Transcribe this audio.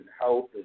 health